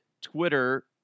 Twitter